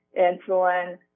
insulin